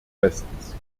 westens